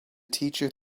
teacher